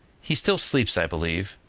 he still sleeps, i believe.